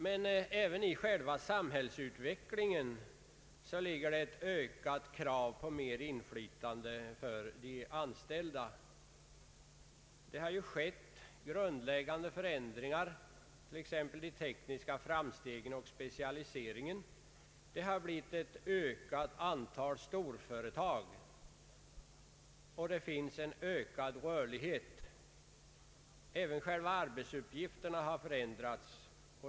Men även i själva samhällsutvecklingen ligger ett ökat krav på mer inflytande för de anställda. Det har skett grundläggande förändringar, t.ex. de tekniska framstegen och specialiseringen. Antalet storföretag har ökat och det har blivit en ökad rörlighet. även själva arbetsuppgifterna har förändrats.